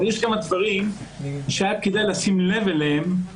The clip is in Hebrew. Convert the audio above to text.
אבל יש כמה דברים שהיה כדאי לשים לב אליהם,